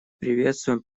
приветствуем